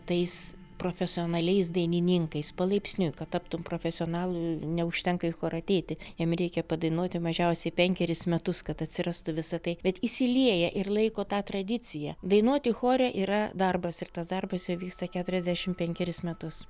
tais profesionaliais dainininkais palaipsniui kad taptum profesionalu neužtenka į chorą ateiti jam reikia padainuoti mažiausiai penkeris metus kad atsirastų visa tai bet įsilieja ir laiko tą tradiciją dainuoti chore yra darbas ir tas darbas jau vyksta keturiasdešim penkerius metus